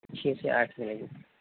چھ سے آٹھ میں